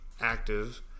active